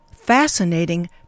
fascinating